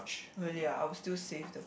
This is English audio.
really ah I will still save the